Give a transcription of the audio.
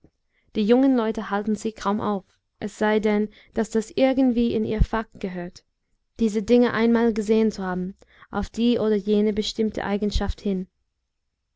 die jungen leute halten sich kaum auf es sei denn daß das irgendwie in ihr fach gehört diese dinge einmal gesehen zu haben auf die oder jene bestimmte eigenschaft hin